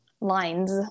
Lines